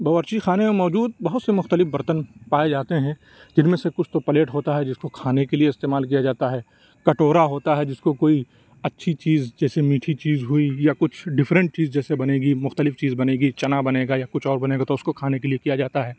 باورچی خانے موجود بہت سے مختلف برتن پائے جاتے ہیں جن میں سے کچھ تو پلیٹ ہوتا ہے جس کو کھانے کے لیے استعمال کیا جاتا ہے کٹورا ہوتا ہے جس کو کوئی اچھی چیز جیسے میٹھی چیز ہوئی یا کچھ ڈفرنٹ چیز جیسے بنے گی مختلف چیز بنے گی چنا بنے گا یا کچھ اور بنے گا تو اُس کو کھانے کے لیے کیا جاتا ہے